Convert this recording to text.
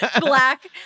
black